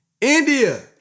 India